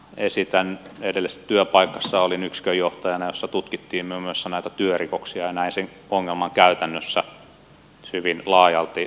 edellisessä työpaikassa olin yksikönjohtajana jossa tutkittiin muun muassa näitä työrikoksia ja näin sen ongelman käytännössä hyvin laajalti